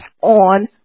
on